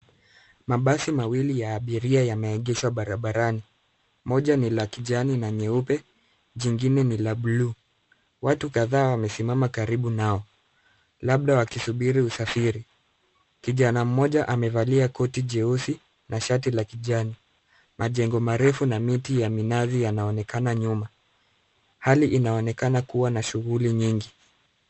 Mabasi mawili ya abiria yameegeshwa barabarani. Moja ni la kijani na nyeupe, jingine ni la bluu. Watu kadhaa wamesimama karibu nao labda wakisubiri kusafiri. Kijana mmoja amevalia koti jeusi na shati la kijani. Majengo marefu na miti ya minathi yanaonekana nyuma. Ardhi inaonekana kuwa na shughuli nyingi.